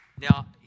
Now